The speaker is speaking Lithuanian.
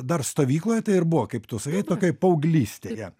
dar stovykloj tai ir buvo kaip tu sakai tokioj paauglystėje